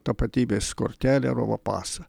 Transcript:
tapatybės kortelę arba pasą